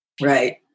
Right